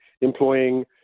employing